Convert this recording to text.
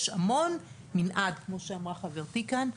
יש המון מנעד, כמו שאמרה חברתי כאן.